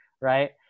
right